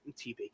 TV